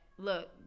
look